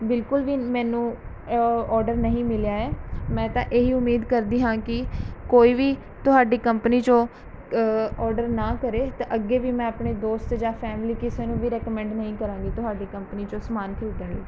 ਬਿਲਕੁਲ ਵੀ ਮੈਨੂੰ ਔਰਡਰ ਨਹੀਂ ਮਿਲਿਆ ਹੈ ਮੈਂ ਤਾਂ ਇਹੀ ਉਮੀਦ ਕਰਦੀ ਹਾਂ ਕਿ ਕੋਈ ਵੀ ਤੁਹਾਡੀ ਕੰਪਨੀ 'ਚੋਂ ਔਰਡਰ ਨਾ ਕਰੇ ਤਾਂ ਅੱਗੇ ਵੀ ਮੈਂ ਆਪਣੇ ਦੋਸਤ ਜਾਂ ਫੈਮਲੀ ਕਿਸੇ ਨੂੰ ਵੀ ਰਿਕਮੈਂਡ ਨਹੀਂ ਕਰਾਂਗੀ ਤੁਹਾਡੀ ਕੰਪਨੀ 'ਚੋਂ ਸਮਾਨ ਖਰੀਦਣ ਲਈ